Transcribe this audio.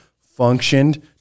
functioned